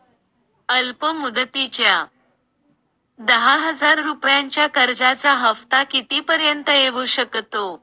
अल्प मुदतीच्या दहा हजार रुपयांच्या कर्जाचा हफ्ता किती पर्यंत येवू शकतो?